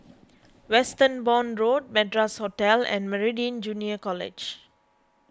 Westbourne Road Madras Hotel and Meridian Junior College